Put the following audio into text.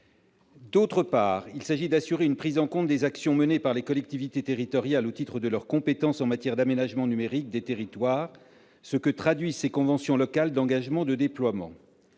La deuxième raison est d'assurer une prise en compte des actions menées par les collectivités territoriales au titre de leurs compétences en matière d'aménagement numérique des territoires, ce que traduisent ces conventions locales d'engagement de déploiement.